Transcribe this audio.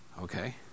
Okay